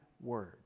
Word